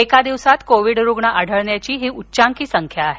एका दिवसात कोविड रुग्ण आढळण्याची ही उच्चांकी संख्या आहे